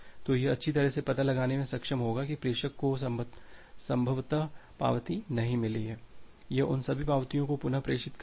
तो यह अच्छी तरह से पता लगाने में सक्षम होगा कि प्रेषक को संभवतः पावती नहीं मिली है यह उन सभी पावतीयों को पुनः प्रेषित करेगा